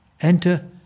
Enter